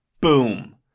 boom